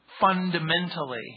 fundamentally